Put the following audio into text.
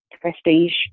prestige